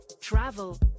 travel